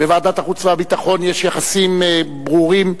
בוועדת החוץ והביטחון יש יחסים ברורים.